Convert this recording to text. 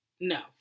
No